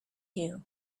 you